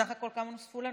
בסך הכול כמה נוספו לנו?